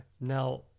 Now